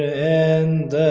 and